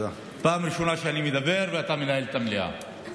פעם ראשונה שאני מדבר, ואתה מנהל את המליאה.